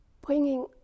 bringing